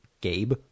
Gabe